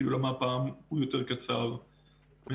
למה הפעם הוא יותר קצר מהרגיל.